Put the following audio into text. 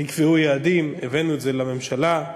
נקבעו יעדים, הבאנו את זה לממשלה,